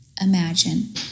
imagine